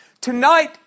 Tonight